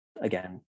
again